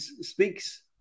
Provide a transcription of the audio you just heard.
speaks